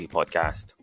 Podcast